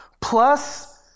plus